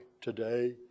today